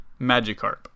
Magikarp